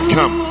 Come